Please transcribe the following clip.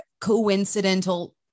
coincidental